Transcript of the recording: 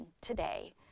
today